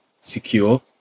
secure